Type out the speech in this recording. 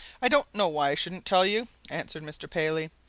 i don't know why i shouldn't tell you, answered mr. paley.